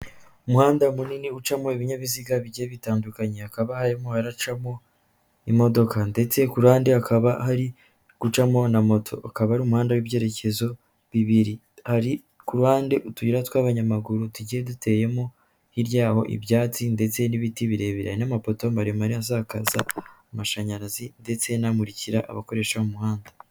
Umuhanda munini ucamo ibinyabiziga bigiye bitandukanye hakaba harimo haracamo imodoka ndetse kurande hakaba hari gucamo na moto, ukaba ari umuhanda w'ibyerekezo bibiri, hari ku ruhande utuyira tw'abanyamaguru tugiye duteyemo hirya yaho ibyatsi ndetse n'ibiti birebire n'amapoto maremare asakaza amashanyarazi ndetse anamurikira abakoresha umuhanda.